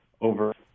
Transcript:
over